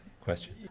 question